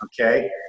Okay